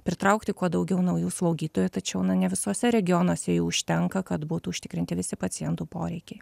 pritraukti kuo daugiau naujų slaugytojų tačiau na ne visuose regionuose jų užtenka kad būtų užtikrinti visi pacientų poreikiai